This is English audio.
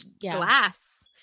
glass